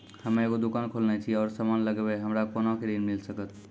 हम्मे एगो दुकान खोलने छी और समान लगैबै हमरा कोना के ऋण मिल सकत?